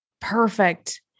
Perfect